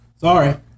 Sorry